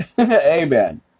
Amen